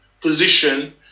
position